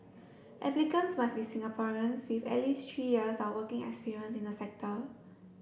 applicants must be Singaporeans with at least three years of working experience in the sector